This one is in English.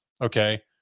Okay